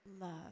love